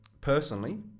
personally